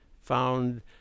found